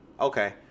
okay